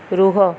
ରୁହ